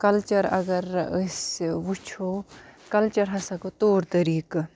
culture اَگَر أسۍ وٕچھو کَلچَر ہَسا گوٚو تور طٔریٖقہٕ